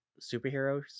superheroes